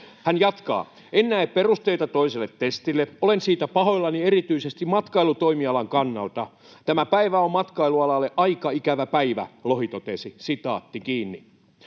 Hän jatkaa: ”En näe perusteita toiselle testille. Olen siitä pahoillani erityisesti matkailutoimialan kannalta. Tämä päivä on matkailualalle aika ikävä päivä.” Näin Lohi totesi.